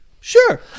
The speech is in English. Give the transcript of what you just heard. Sure